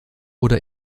oder